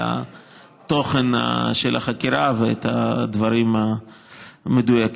על התוכן של החקירה ועל הדברים המדויקים,